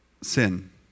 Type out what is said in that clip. sin